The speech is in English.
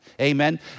amen